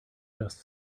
just